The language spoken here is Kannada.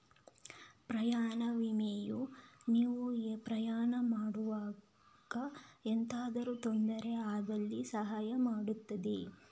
ಪ್ರಯಾಣ ವಿಮೆಯು ನೀವು ಪ್ರಯಾಣ ಮಾಡುವಾಗ ಎಂತಾದ್ರೂ ತೊಂದ್ರೆ ಆದಲ್ಲಿ ಸಹಾಯ ಮಾಡ್ತದೆ